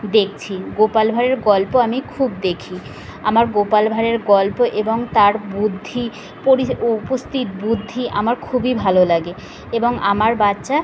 দেখছি গোপাল ভাঁড়ের গল্প আমি খুব দেখি আমার গোপাল ভাঁড়ের গল্প এবং তার বুদ্ধি পড়ি ও উপস্থিত বুদ্ধি আমার খুবই ভালো লাগে এবং আমার বাচ্চা